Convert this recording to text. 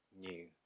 new